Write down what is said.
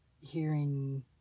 hearing